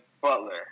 butler